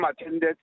attended